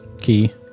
key